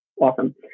awesome